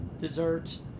desserts